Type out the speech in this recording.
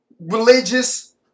religious